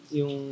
yung